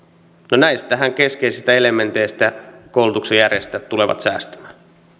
no näistä keskeisistä elementeistähän koulutuksen järjestäjät tulevat säästämään